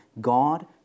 God